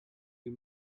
you